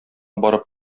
барып